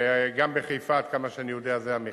וגם בחיפה, עד כמה שאני יודע זה המחיר.